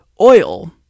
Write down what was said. oil